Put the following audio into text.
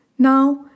Now